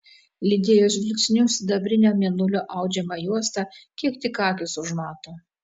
lydėjo žvilgsniu sidabrinę mėnulio audžiamą juostą kiek tik akys užmato